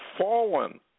fallen